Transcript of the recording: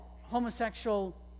homosexual